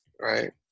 right